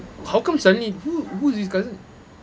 mm how come suddenly who who's this cousin